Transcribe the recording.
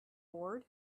bored